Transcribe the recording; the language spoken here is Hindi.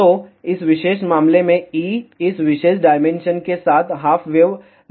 तो इस विशेष मामले में E इस विशेष डायमेंशन के साथ हाफ वेव लंबाई बदलता है